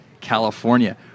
California